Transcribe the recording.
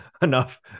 enough